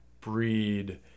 breed